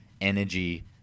energy